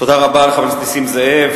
תודה רבה לחבר הכנסת נסים זאב,